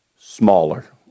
smaller